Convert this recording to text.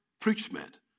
preachment